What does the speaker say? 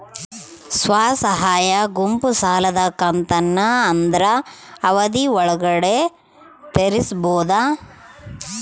ಸ್ವಸಹಾಯ ಗುಂಪು ಸಾಲದ ಕಂತನ್ನ ಆದ್ರ ಅವಧಿ ಒಳ್ಗಡೆ ತೇರಿಸಬೋದ?